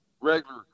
regular